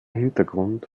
hintergrund